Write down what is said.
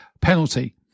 penalty